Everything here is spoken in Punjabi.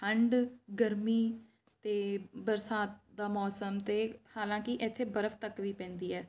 ਠੰਢ ਗਰਮੀ ਅਤੇ ਬਰਸਾਤ ਦਾ ਮੌਸਮ ਅਤੇ ਹਾਲਾਂਕਿ ਇੱਥੇ ਬਰਫ ਤੱਕ ਵੀ ਪੈਂਦੀ ਹੈ